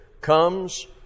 comes